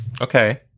Okay